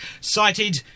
cited